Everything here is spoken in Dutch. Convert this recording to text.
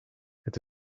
het